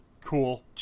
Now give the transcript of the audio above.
Cool